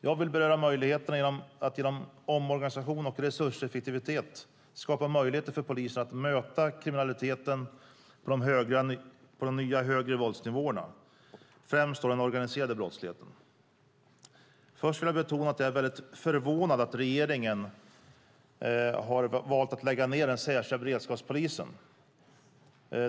Jag vill beröra möjligheterna att genom omorganisation och resurseffektivitet skapa möjligheter för polisen att möta kriminaliteten på de nya, högre våldsnivåerna. Det gäller främst den organiserade brottsligheten. Först vill jag betona att jag är väldigt förvånad över att regeringen har valt att lägga ned den särskilda beredskapspolisen.